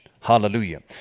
Hallelujah